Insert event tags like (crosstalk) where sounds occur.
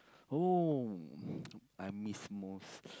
oh (breath) I miss most